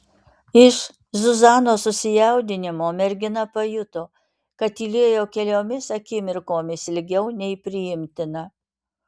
iš zuzanos susijaudinimo mergina pajuto kad tylėjo keliomis akimirkomis ilgiau nei priimtina